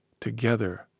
together